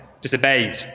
disobeyed